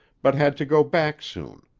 but had to go back soon.